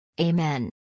Amen